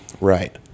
Right